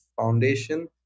foundation